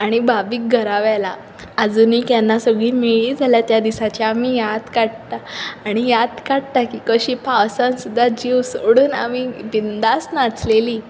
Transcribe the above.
आनी भाभीक घरा व्हेला आजुनूय केन्ना सगळीं मेळ्ळीं जाल्यार त्या दिसाची आमी याद काडटा आनी याद काडटा की कशी पावसांत सुद्दा जीव सोडून आमी बिंदास नाचलेलीं